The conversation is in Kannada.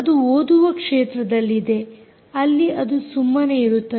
ಅದು ಓದುವ ಕ್ಷೇತ್ರದಲ್ಲಿದೆ ಅಲ್ಲಿ ಅದು ಸುಮ್ಮನೆ ಇರುತ್ತದೆ